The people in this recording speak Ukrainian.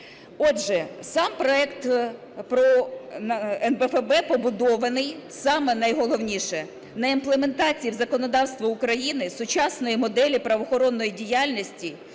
Отже, сам проект про НБФБ побудований, саме найголовніше, на імплементації в законодавство України сучасної моделі правоохоронної діяльності.